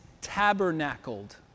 tabernacled